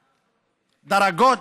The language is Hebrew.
דרגות,